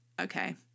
okay